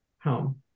Home